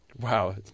Wow